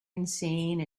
insane